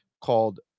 called